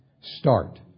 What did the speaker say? Start